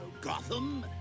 Gotham